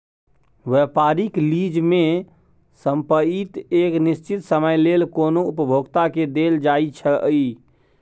व्यापारिक लीज में संपइत एक निश्चित समय लेल कोनो उपभोक्ता के देल जाइ छइ